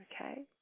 okay